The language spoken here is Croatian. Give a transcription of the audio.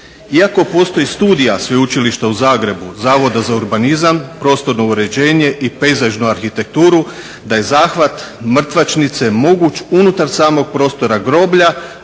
Iako postoji studija Sveučilišta u Zagrebu zavoda za urbanizam, prostorno uređenje i pejzažnu arhitekturu da je zahvat mrtvačnice moguć unutar samog prostora groblja,